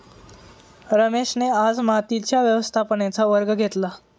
रमेशने आज मातीच्या व्यवस्थापनेचा वर्ग घेतला